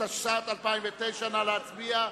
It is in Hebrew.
התשס”ט 2009, נא להצביע.